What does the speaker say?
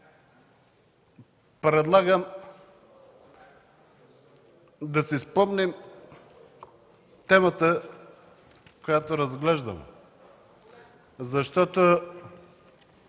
Предлагам да си спомним темата, която разглеждаме, защото